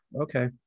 Okay